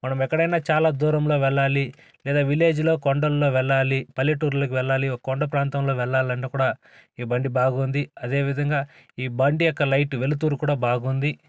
మనమెక్కడైనా చాలా దూరంలో వెళ్ళాలి లేదా విలేజ్లో కొండల్లో వెళ్ళాలి పల్లెటూర్లోకి వెళ్ళాలి ఒక కొండ ప్రాంతంలో వెళ్ళాలన్నా కూడా ఈ బండి బాగుంది అదేవిధంగా ఈ బండి యొక్క లైటు వెలుతురు కూడా బాగుంది